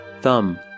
Thumb